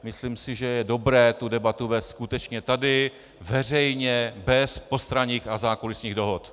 Myslím si, že je dobré tu debatu vést skutečně tady veřejně bez postranních a zákulisních dohod.